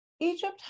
Egypt